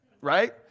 Right